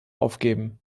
aufgeben